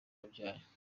yabyaye